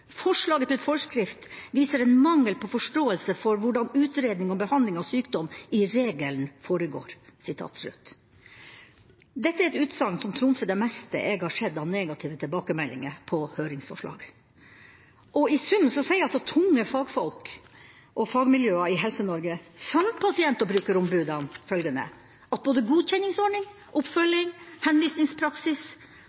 Forslaget til forskrift viser en mangel på forståelse for hvordan utredning og behandling av sykdom i regelen foregår.» Dette er et utsagn som trumfer det meste jeg har sett av negative tilbakemeldinger på høringsforslag. I sum betegner fagfolk og tunge fagmiljøer i Helse-Norge, samt pasient- og brukerombudene, både godkjenningsordning, oppfølging og henvisningspraksis